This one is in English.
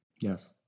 yes